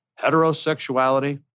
heterosexuality